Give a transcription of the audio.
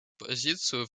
позицию